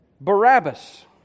Barabbas